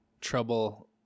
trouble